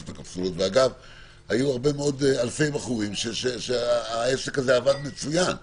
והיו אלפי בחורים שהעסק הזה עבד מצוין,